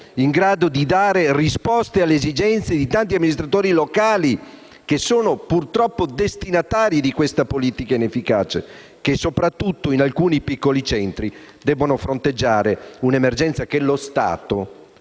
in grado di dare risposte alle esigenze dei tanti amministratori locali che sono purtroppo destinatari di questa politica inefficace e che, soprattutto in alcuni piccoli centri, devono fronteggiare un'emergenza che lo Stato,